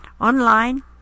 online